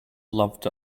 loved